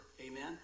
Amen